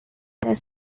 their